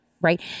right